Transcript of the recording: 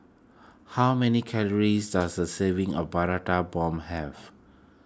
how many calories does a serving of Prata Bomb have